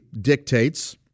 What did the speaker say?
dictates